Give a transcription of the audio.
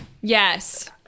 Yes